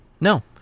No